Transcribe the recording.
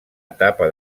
etapa